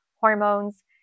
hormones